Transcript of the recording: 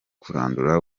kurandura